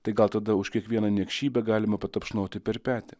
tai gal tada už kiekvieną niekšybę galima patapšnoti per petį